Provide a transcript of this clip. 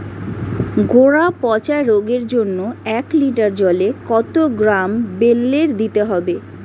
গোড়া পচা রোগের জন্য এক লিটার জলে কত গ্রাম বেল্লের দিতে হবে?